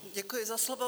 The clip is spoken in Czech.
Děkuji za slovo.